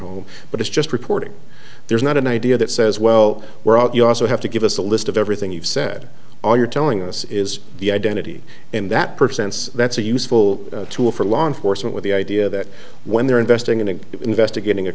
home but it's just reporting there's not an idea that says well we're out you also have to give us a list of everything you've said all you're telling us is the identity in that percents that's a useful tool for law enforcement with the idea that when they're investing in an investigating a